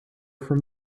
from